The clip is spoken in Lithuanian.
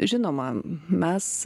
žinoma mes